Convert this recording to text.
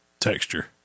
texture